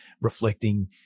reflecting